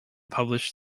published